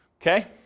okay